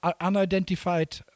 unidentified